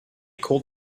called